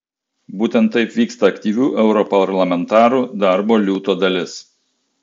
būtent taip vyksta aktyvių europarlamentarų darbo liūto dalis